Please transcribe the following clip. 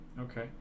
Okay